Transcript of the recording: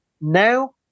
now